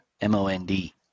M-O-N-D